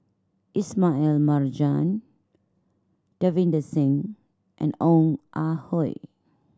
Ismail Marjan Davinder Singh and Ong Ah Hoi